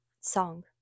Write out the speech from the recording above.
song